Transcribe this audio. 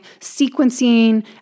sequencing